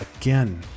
again